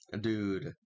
Dude